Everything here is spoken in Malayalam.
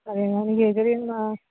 അത് എങ്ങാനും